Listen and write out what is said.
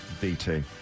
BT